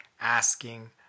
asking